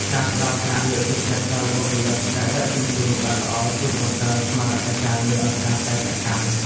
ការផ្តល់ប្រាក់លើកទឹកចិត្តដល់បុគ្គលិកដែលដឹកជញ្ជូនបានល្អជួយបង្កើនស្មារតីការងារឱ្យកាន់តែសកម្ម។